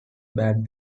bad